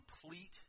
complete